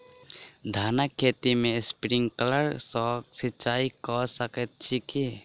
धानक खेत मे स्प्रिंकलर सँ सिंचाईं कऽ सकैत छी की?